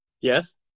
Yes